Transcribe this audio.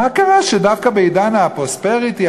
ומה קרה שדווקא בעידן הפרוספריטי,